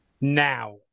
now